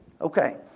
Okay